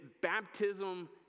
baptism